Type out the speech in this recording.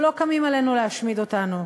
או לא קמים עלינו להשמיד אותנו?